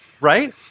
Right